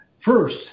first